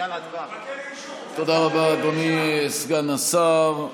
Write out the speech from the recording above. תודה רבה, אדוני סגן השר.